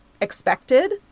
expected